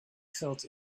felt